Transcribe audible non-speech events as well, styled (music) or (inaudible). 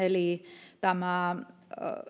(unintelligible) eli tämä